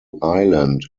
island